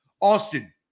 Austin